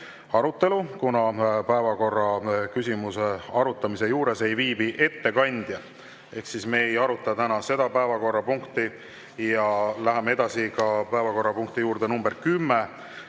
arutelu, kuna päevakorraküsimuse arutamise juures ei viibi ettekandja. Ehk siis me ei aruta täna seda päevakorrapunkti. Läheme edasi päevakorrapunkti nr 10